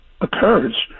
occurs